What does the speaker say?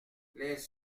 les